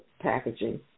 packaging